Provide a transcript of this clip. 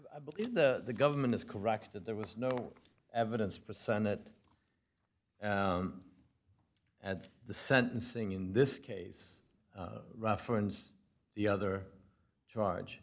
i believe the government is correct that there was no evidence for senate at the sentencing in this case referenced the other charge